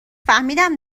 فهمیدم